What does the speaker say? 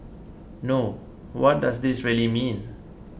no what does this really mean